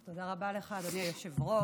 תודה רבה לך, אדוני היושב-ראש.